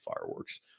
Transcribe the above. fireworks